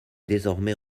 désormais